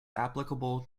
applicable